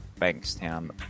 Bankstown